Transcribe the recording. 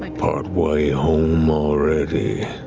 like partway home already.